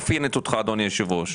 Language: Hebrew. אדוני היושב ראש,